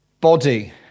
body